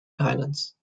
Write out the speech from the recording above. guidance